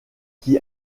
qui